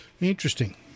Interesting